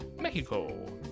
Mexico